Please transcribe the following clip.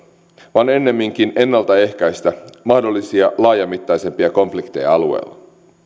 vaan ennemminkin ennaltaehkäistä mahdollisia laajamittaisempia konflikteja alueella